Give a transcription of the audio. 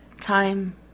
time